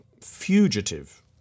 fugitive